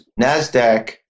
NASDAQ